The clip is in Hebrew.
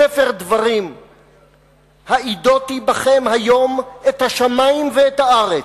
בספר דברים: העידותי בכם היום השמים ואת הארץ,